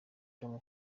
tom